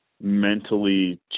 mentally